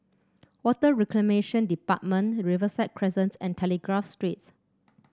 Water Reclamation Department Riverside Crescent and Telegraph Streets